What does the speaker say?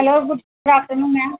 hello good afternoon ma'am